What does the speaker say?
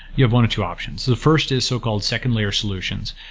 you have one or two options. the first is so-called second layer solutions,